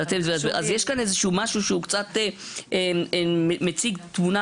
אז יש כאן משהו שהוא קצת מציג תמונה